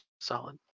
solid